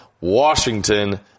Washington